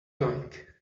going